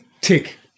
tick